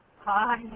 Hi